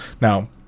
Now